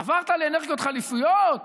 עברת לאנרגיות חלופיות?